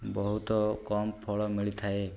ବହୁତ କମ ଫଳ ମିଳିଥାଏ